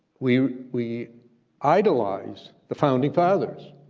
we we idolize the founding fathers,